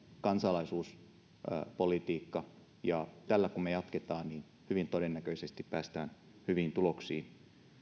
kansalaisuuspolitiikka ja tällä kun me jatkamme niin hyvin todennäköisesti pääsemme hyviin tuloksiin